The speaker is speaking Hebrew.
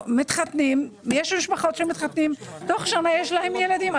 יש משפחות שמתחתנים ובתוך שנה יש להן ילדים.